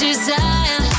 Desire